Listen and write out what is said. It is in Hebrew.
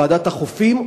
ועדת החופים,